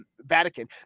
Vatican